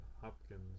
Hopkins